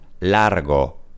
largo